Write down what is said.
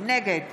נגד